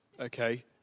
Okay